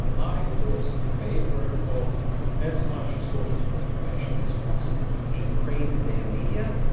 i was in favor of as much sources of information as possible a ukraine that banned media?